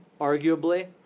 arguably